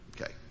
Okay